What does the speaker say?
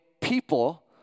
People